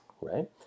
right